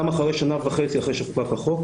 גם אחרי שנה וחצי אחרי שחוקק החוק,